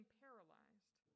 paralyzed